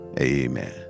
Amen